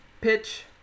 pitch